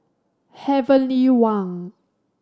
Heavenly Wang